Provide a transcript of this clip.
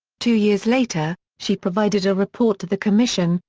two years later, she provided a report to the commission,